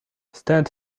stand